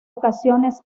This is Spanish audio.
ocasiones